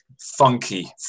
funky